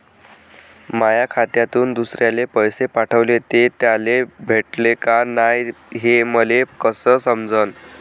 माया खात्यातून दुसऱ्याले पैसे पाठवले, ते त्याले भेटले का नाय हे मले कस समजन?